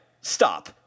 stop